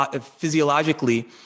physiologically